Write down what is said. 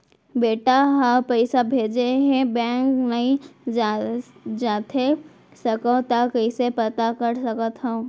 बेटा ह पइसा भेजे हे बैंक नई जाथे सकंव त कइसे पता कर सकथव?